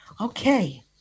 Okay